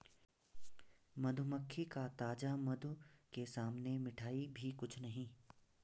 मधुमक्खी का ताजा मधु के सामने मिठाई भी कुछ नहीं